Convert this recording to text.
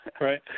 Right